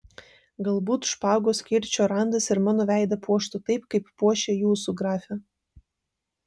galbūt špagos kirčio randas ir mano veidą puoštų taip kaip puošia jūsų grafe